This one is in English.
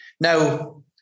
Now